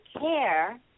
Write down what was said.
care